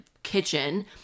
kitchen